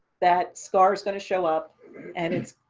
that scar is going to show up and it's.